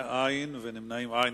אין, נמנעים, אין.